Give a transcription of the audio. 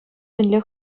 мӗнле